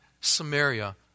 Samaria